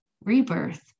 rebirth